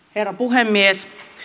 herra puhemies